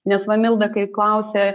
nes va milda kai klausė